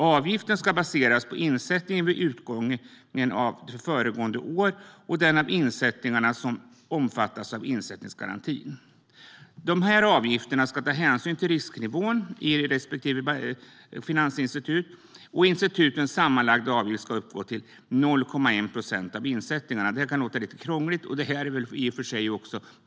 Avgiften ska baseras på insättningen vid utgången av föregående år och den av insättningarna som omfattas av insättningsgarantin. De här avgifterna ska ta hänsyn till risknivån i respektive finansinstitut, och institutens sammanlagda avgift ska uppgå till 0,1 procent av insättningarna. Det här kan låta lite krångligt, och det är det väl i och för sig också.